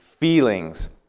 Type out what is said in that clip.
Feelings